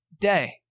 day